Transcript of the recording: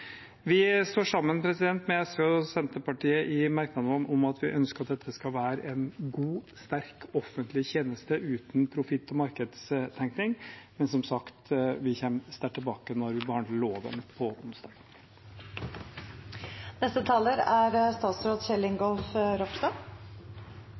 Vi står sammen med SV og Senterpartiet i merknadene om at vi ønsker at dette skal være en god, sterk, offentlig tjeneste uten profitt- og markedstenkning. Som sagt kommer vi sterkt tilbake når vi behandler loven på